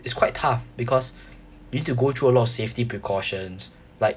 it's quite tough because you need to go through a lot of safety precautions like